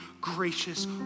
gracious